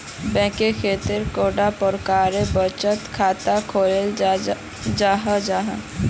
Bank कतेक कैडा प्रकारेर बचत खाता खोलाल जाहा जाहा?